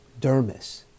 dermis